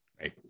right